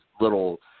little